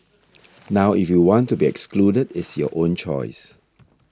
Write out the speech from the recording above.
now if you want to be excluded it's your own choice